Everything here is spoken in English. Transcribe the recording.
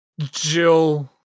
Jill